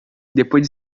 depois